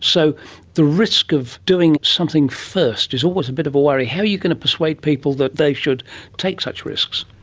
so the risk of doing something's first is always a bit of a worry. how are you going to persuade people that they should take such risks?